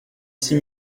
six